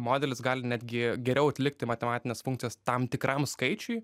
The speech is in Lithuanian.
modelis gali netgi geriau atlikti matematines funkcijas tam tikram skaičiui